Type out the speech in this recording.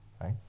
right